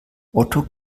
otto